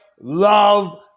love